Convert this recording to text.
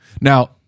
Now